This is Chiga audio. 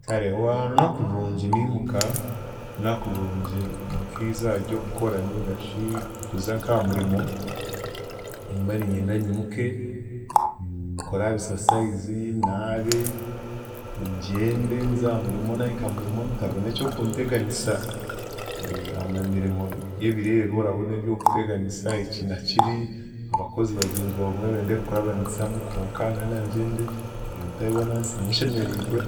Kare wa- orunaku rurungi niimuka, orunaku rurungi nk’izooba ry’okukora nigashi kuza nk’ahamurimo nimba niinyenda nyimuka nkore aha bisasayizi, naabe, ngyende nz’ahamurimo, naahika aha murimo ntabona eky’okunteganisa oramanya emirimo y’ebiro ebi orabona eby’okukuteganisa eki na kiri abakozi bagyenzi bawe obumwe bende kukurabanisamu konka nda ndenda ngyende ebyo ntabibona nsibe nshemeriigwe